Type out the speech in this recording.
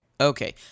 Okay